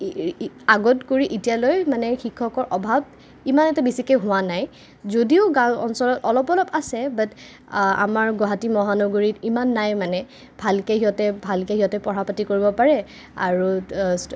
আগতকৈ এতিয়ালৈ মানে শিক্ষকৰ অভাৱ ইমান এটা বেছিকে হোৱা নাই যদিও গাঁওৰ অঞ্চলত অলপ অলপ আছে বাত আমাৰ গুৱাহাটী মহানগৰীত ইমান নাই মানে ভালকে সিহঁতে ভালকে সিহঁতে পঢ়া পাতি কৰিব পাৰে আৰু